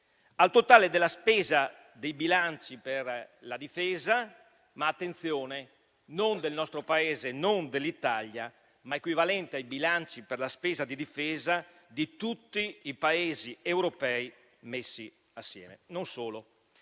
al totale della spesa dei bilanci per la difesa - ma, attenzione - non del nostro Paese però, non dell'Italia. È equivalente ai bilanci della spesa per la difesa di tutti i Paesi europei messi assieme. Non solo.